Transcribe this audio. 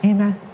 Amen